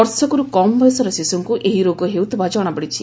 ବର୍ଷକରୁ କମ୍ ବୟସର ଶିଶୁଙ୍କୁ ଏହି ରୋଗ ହେଉଥିବା ଜଶାପଡିଛି